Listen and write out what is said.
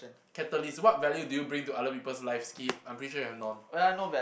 catalyst what value do you bring to other people's lives skip I'm pretty sure you have none